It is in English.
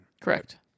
Correct